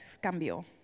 cambió